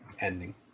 ending